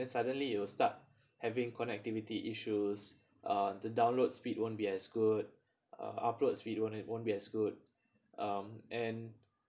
and suddenly you will start having connectivity issues uh the download speed won't be as good uh uploads speed won't be won't be as good um and